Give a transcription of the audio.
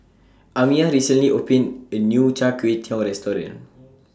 Amiyah recently opened A New Chai Kuay Tow Restaurant